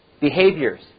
behaviors